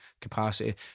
capacity